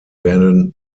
werden